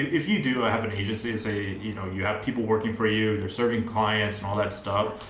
if you do ah have an agency as a, you know you have people working for you, they're serving clients and all that stuff,